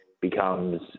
becomes